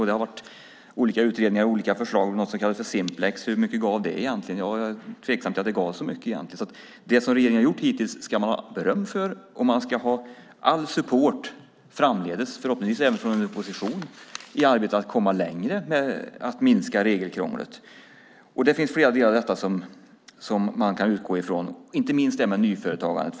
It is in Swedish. Det har varit olika utredningar och olika förslag. Det var något som kallades för Simplex. Hur mycket gav det egentligen? Jag är tveksam till att det gav så mycket. Regeringen ska ha beröm för det som man har gjort hittills. Och man ska ha all support framdeles, förhoppningsvis även från opposition, i arbetet med att komma längre med att minska regelkrånglet. Det finns flera delar av detta som man kan utgå från. Det gäller inte minst nyföretagandet.